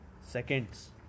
Seconds